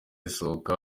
zisohoka